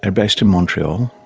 and based in montreal.